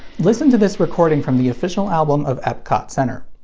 listen to this recording from the official album of epcot center.